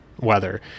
weather